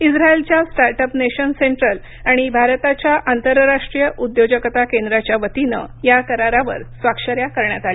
इस्रायलच्या Startup Nation Central आणि भारताच्या आंतरराष्ट्रीय उद्योजकता केंद्राच्या वतीनं या करारावर स्वाक्षऱ्या करण्यात आल्या